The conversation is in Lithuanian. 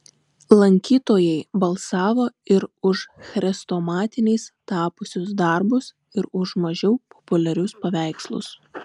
lankytojai balsavo ir už chrestomatiniais tapusius darbus ir už mažiau populiarius paveikslus